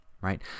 right